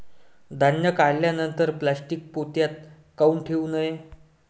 धान्य काढल्यानंतर प्लॅस्टीक पोत्यात काऊन ठेवू नये?